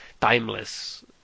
timeless